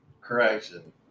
Correction